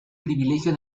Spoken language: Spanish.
privilegio